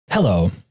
Hello